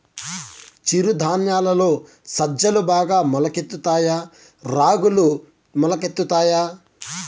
చిరు ధాన్యాలలో సజ్జలు బాగా మొలకెత్తుతాయా తాయా రాగులు మొలకెత్తుతాయా